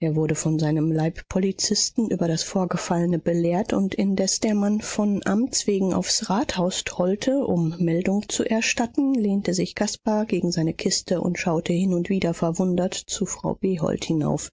er wurde von seinem leibpolizisten über das vorgefallene belehrt und indes der mann von amts wegen aufs rathaus trollte um meldung zu erstatten lehnte sich caspar gegen seine kiste und schaute hin und wieder verwundert zu frau behold hinauf